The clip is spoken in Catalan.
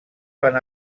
van